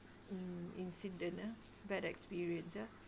mm incident ah bad experience ya